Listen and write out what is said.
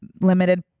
limited